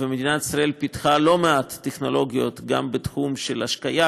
ומדינת ישראל פיתחה לא מעט טכנולוגיות גם בתחום של השקיה,